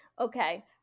Okay